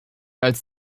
als